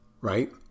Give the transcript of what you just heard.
Right